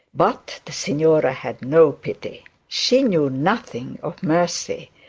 but the signora had no pity she knew nothing of mercy.